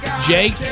Jake